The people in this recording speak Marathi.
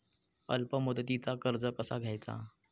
अल्प मुदतीचा कर्ज कसा घ्यायचा?